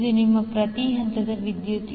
ಇದು ನಿಮ್ಮ ಪ್ರತಿ ಹಂತದ ವಿದ್ಯುತ್